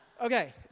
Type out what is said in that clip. Okay